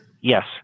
Yes